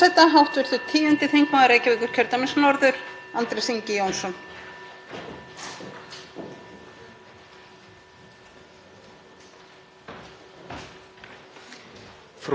Frú forseti. Það er kannski ekki nema von að við spyrjum okkur stundum hvort hugur fylgi virkilega máli hjá ríkisstjórninni þegar kemur að skaðaminnkun gagnvart vímuefnaneytendum.